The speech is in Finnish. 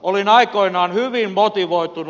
olin aikoinaan hyvin motivoitunut